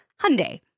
Hyundai